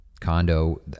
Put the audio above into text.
condo